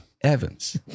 Evans